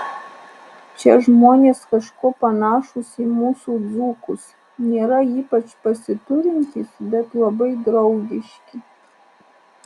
čia žmonės kažkuo panašūs į mūsų dzūkus nėra ypač pasiturintys bet labai draugiški